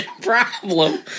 problem